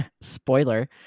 spoiler